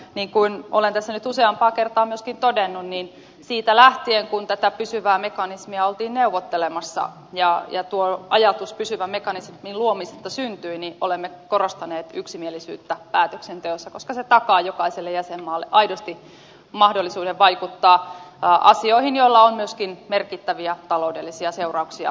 niin kuin olen tässä nyt useampaan kertaan myöskin todennut siitä lähtien kun tätä pysyvää mekanismia oltiin neuvottelemassa ja tuo ajatus pysyvän mekanismin luomisesta syntyi olemme korostaneet yksimielisyyttä päätöksenteossa koska se takaa jokaiselle jäsenmaalle aidosti mahdollisuuden vaikuttaa asioihin joilla on mahdollisesti myöskin merkittäviä taloudellisia seurauksia